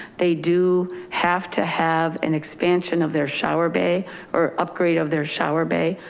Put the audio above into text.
they do have to have an expansion of their shower bay or upgrade of their shower bay.